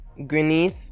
Grenith